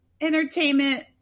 entertainment